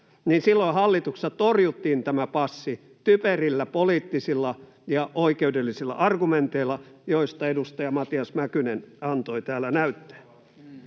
silloin hallituksessa torjuttiin tämä passi typerillä poliittisilla ja oikeudellisilla argumenteilla, joista edustaja Matias Mäkynen antoi täällä näytteen.